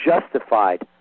justified